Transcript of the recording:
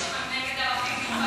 אז למה יש רוב נגד ערבים בלבד?